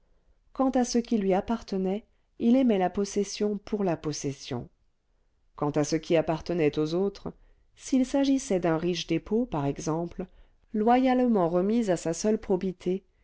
quant à ce qui lui appartenait il aimait la possession pour la possession quant à ce qui appartenait aux autres s'il s'agissait d'un riche dépôt par exemple loyalement remis à sa seule probité